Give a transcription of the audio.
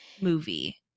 movie